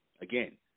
again